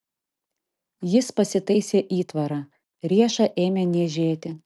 jis pasitaisė įtvarą riešą ėmė niežėti